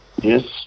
Yes